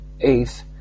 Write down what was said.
Eighth